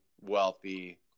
wealthy